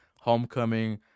homecoming